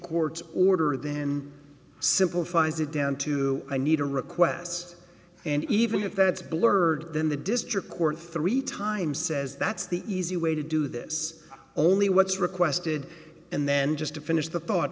court's order then simplifies it down to i need a request and even if that's blurred then the district court three times says that's the easy way to do this only what's requested and then just to finish the thought